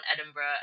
Edinburgh